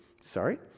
sorry